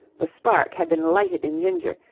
the spark had been lighted in ginger,